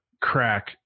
crack